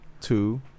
two